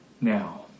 now